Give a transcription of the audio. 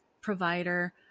provider